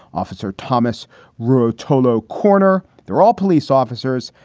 officer thomas ruotolo corner. there are all police officers.